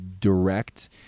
direct